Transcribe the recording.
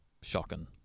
Shocking